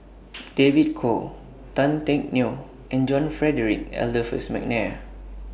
David Kwo Tan Teck Neo and John Frederick Adolphus Mcnair